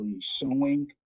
showing